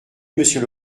monsieur